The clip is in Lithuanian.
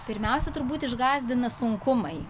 pirmiausia turbūt išgąsdina sunkumai